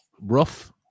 rough